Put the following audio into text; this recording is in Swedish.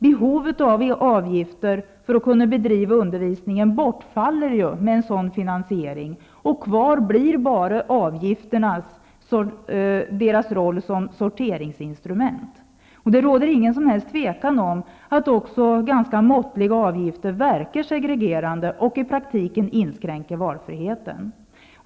Behovet av avgifter för att kunna bedriva undervisningen bortfaller med en sådan finansiering och kvar blir bara avgifternas roll som sorteringsinstrument. Det råder ingen tvekan om att också ganska måttliga avgifter verkar segregerande och i praktiken inskränker valfriheten.